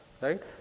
right